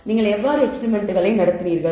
நீங்கள் எவ்வாறு எக்ஸ்பிரிமெண்ட்களை நடத்தினீர்கள்